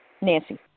Nancy